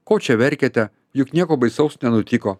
ko čia verkiate juk nieko baisaus nenutiko